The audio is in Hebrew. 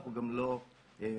אנחנו גם לא משולמים.